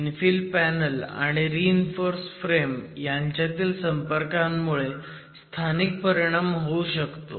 infill panel आणि reinforce frame ह्यांच्यातील संपर्कामुळे स्थानिक परिणाम होऊ शकतो